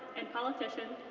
and politician,